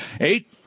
Eight